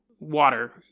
water